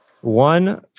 one